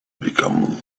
become